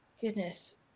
Goodness